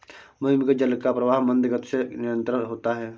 भूमिगत जल का प्रवाह मन्द गति से निरन्तर होता है